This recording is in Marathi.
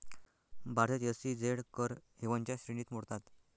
भारतात एस.ई.झेड कर हेवनच्या श्रेणीत मोडतात